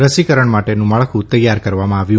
રસીકરણ માટેનું માળખું તૈયાર કરવામાં આવ્યું